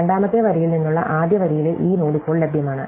രണ്ടാമത്തെ വരിയിൽ നിന്നുള്ള ആദ്യ വരിയിലെ ഈ നോഡ് ഇപ്പോൾ ലഭ്യമാണ്